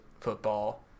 football